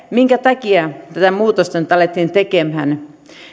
minkä takia tätä muutosta nyt alettiin tekemään